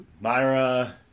Myra